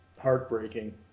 heartbreaking